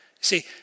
See